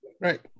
right